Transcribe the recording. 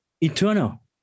eternal